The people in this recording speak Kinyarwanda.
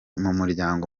umuryango